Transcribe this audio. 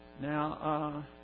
Now